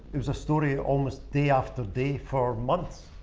it was a story almost day after day for months.